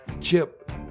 Chip